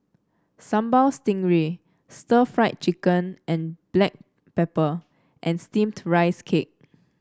Sambal Stingray Stir Fried Chicken and Black Pepper and steamed Rice Cake